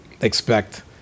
expect